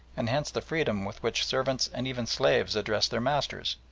and hence the freedom with which servants and even slaves address their masters.